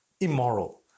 immoral